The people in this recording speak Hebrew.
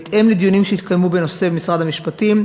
בהתאם לדיונים שהתקיימו בנושא במשרד המשפטים,